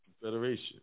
Confederation